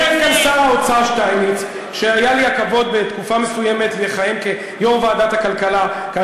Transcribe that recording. אתה לא יודע לענות על זה.